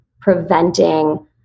preventing